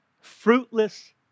fruitless